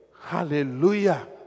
Hallelujah